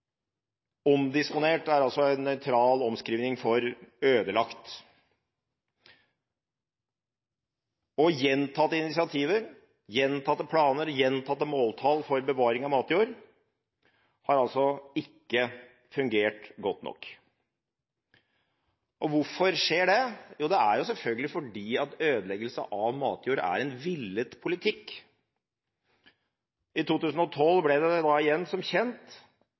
en nøytral omskriving av «ødelagt». Gjentatte initiativer, gjentatte planer og gjentatte måltall for bevaring av matjord har altså ikke fungert godt nok. Og hvorfor skjer det? Jo, det er selvfølgelig fordi ødeleggelse av matjord er en villet politikk. I 2012 ble det som kjent